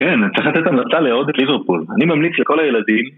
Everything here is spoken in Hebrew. כן, אני צריך לתת המלצה לאהוד את ליברפול. אני ממליץ לכל הילדים...